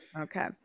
okay